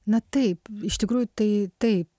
na taip iš tikrųjų tai taip